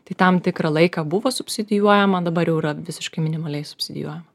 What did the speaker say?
tai tam tikrą laiką buvo subsidijuojama dabar jau yra visiškai minimaliai subsidijuojama